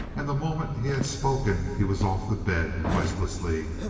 and the moment he had spoken he was off the bed, noiselessly,